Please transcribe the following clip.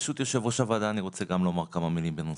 ברשות יושב-ראש הוועדה אני רוצה גם לומר כמה מילים בנושא.